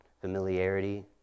familiarity